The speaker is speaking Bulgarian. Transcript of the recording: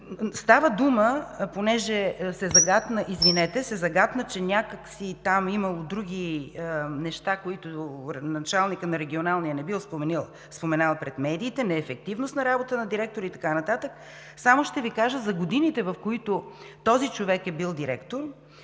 системата. Понеже се загатна, че някак си там имало други неща, които началникът на Регионалното управление не бил споменал пред медиите – неефективност на работата на директора и така нататък, само ще Ви кажа, че за годините, в които този човек е бил директор,